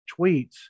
tweets